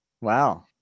Wow